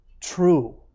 true